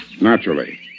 Naturally